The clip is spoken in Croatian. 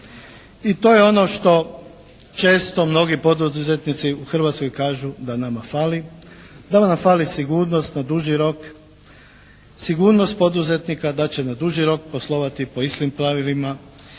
I to je ono što često mnogi poduzetnici u Hrvatskoj kažu da nama fali, da nama fali sigurnost na duži rok, sigurnost poduzetnika da će na duži rok poslovati po istim pravilima